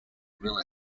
real